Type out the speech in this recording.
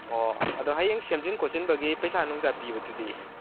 ꯑꯣ ꯑꯗꯣ ꯍꯌꯦꯡ ꯁꯦꯝꯖꯤꯟ ꯈꯣꯠꯆꯤꯟꯕꯒꯤ ꯄꯩꯁꯥ ꯅꯨꯡꯁꯥ ꯄꯤꯕꯗꯨꯗꯤ